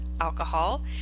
alcohol